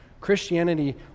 Christianity